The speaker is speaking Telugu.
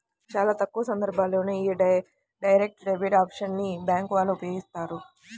చాలా తక్కువ సందర్భాల్లోనే యీ డైరెక్ట్ డెబిట్ ఆప్షన్ ని బ్యేంకు వాళ్ళు ఉపయోగిత్తారు